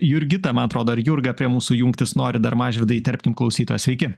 urgita man atrodo ar jurga prie mūsų jungtis nori dar mažvydai įterpkim klausytoją sveiki